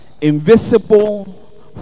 invisible